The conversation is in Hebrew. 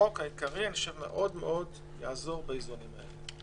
החוק העיקרי יעזור מאוד באיזונים האלה.